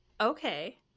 Okay